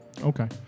Okay